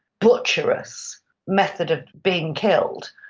butcherous method of being killed.